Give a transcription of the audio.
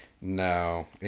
No